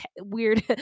weird